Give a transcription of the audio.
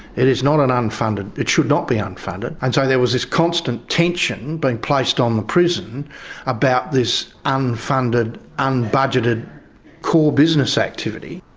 it is not an unfunded, it should not be unfunded. and so there was this constant tension being placed on the prison about this unfunded, unbudgeted core business activity.